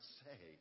say